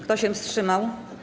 Kto się wstrzymał?